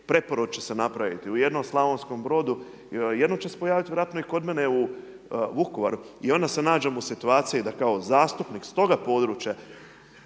preporod će se napraviti u jednom Slavonskom brodu, jednom će pojaviti vjerojatno i kod mene u Vukovaru. I onda se nađemo u situaciji da kao zastupnik s toga područja